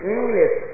English